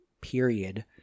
period